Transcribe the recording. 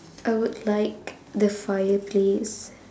I would like the fireplace